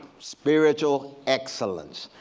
spiritual excellence.